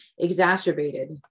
Exacerbated